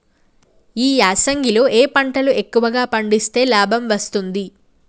ఈ యాసంగి లో ఏ పంటలు ఎక్కువగా పండిస్తే లాభం వస్తుంది?